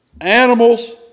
animals